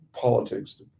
politics